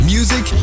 Music